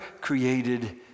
created